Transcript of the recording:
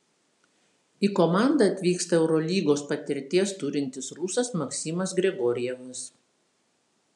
į komandą atvyksta eurolygos patirties turintis rusas maksimas grigorjevas